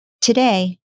Today